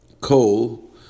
coal